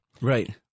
right